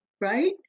right